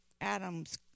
Adams